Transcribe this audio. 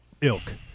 ilk